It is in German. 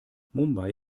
mumbai